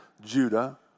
Judah